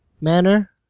manner